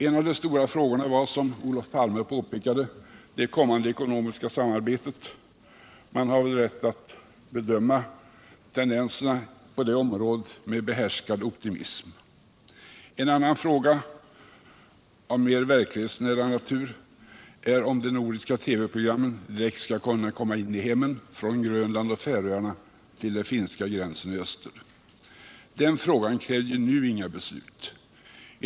En av de stora frågorna var, som Olof Palme påpekade, det kommande ekonomiska samarbetet. Man har väl rätt att bedöma tendenserna på detta område med behärskad optimism. En annan fråga, av mer verklighetsnära natur, är om de nordiska TV programmen skall komma direkt in i hemmen, från Grönland och Färöarna till den finska gränsen i öster. Den frågan krävde inga beslut nu.